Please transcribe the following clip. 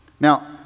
Now